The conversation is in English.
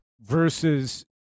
Versus